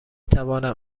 توانم